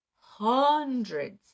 hundreds